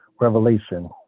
revelation